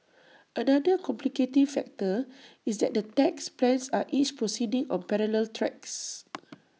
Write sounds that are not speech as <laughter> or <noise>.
another complicating factor is that the tax plans are each proceeding on parallel tracks <noise>